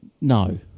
No